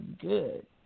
good